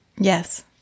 Yes